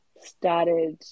started